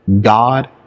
God